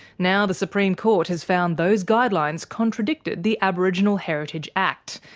now the supreme court has found those guidelines contradicted the aboriginal heritage act,